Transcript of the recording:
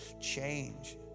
change